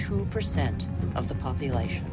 two percent of the population